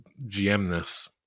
GMness